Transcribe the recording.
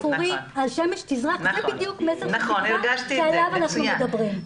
אפורים השמש תזרח' זה בדיוק מסר של תקווה שעליו אנחנו מדברים.